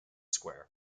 square